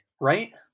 right